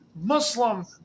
Muslim